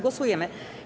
Głosujemy.